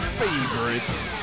favorites